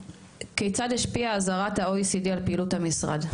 כיצד תשפיע אזהרת ה- OECD על פעילות המשרד?